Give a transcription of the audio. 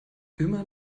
immer